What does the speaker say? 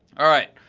alright,